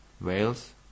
whales